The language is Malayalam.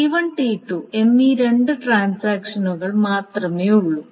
T1 T2 എന്നീ രണ്ട് ട്രാൻസാക്ഷനുകൾ മാത്രമേയുള്ളൂ